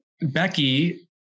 Becky